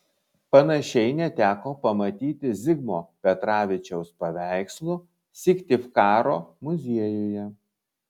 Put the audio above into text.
panašiai neteko pamatyti zigmo petravičiaus paveikslų syktyvkaro muziejuje